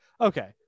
okay